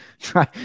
Try